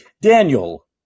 Daniel